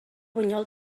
bunyol